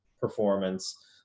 performance